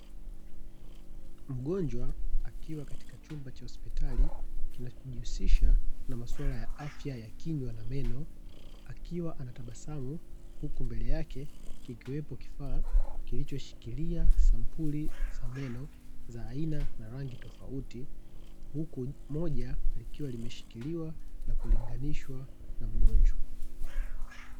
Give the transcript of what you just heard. Mgonjwa akiwa katika chumba cha hospitali kinachojihusisha na masuala ya afya ya kinywa na meno, akiwa anatabasamu, huku mbele yake kikiwepo kifaa kilichoshikilia sampuli za meno za aina na rangi tofauti, huku moja likiwa limeshikiliwa na kulinganishwa na mgonjwa.